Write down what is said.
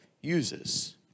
uses